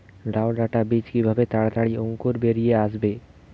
লাউ ডাটা বীজ কিভাবে তাড়াতাড়ি অঙ্কুর বেরিয়ে আসবে?